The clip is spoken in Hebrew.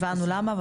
הבנו למה,